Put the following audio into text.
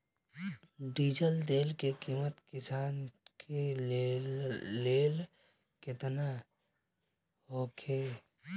Diesel तेल के किमत किसान के लेल केतना होखे?